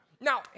Now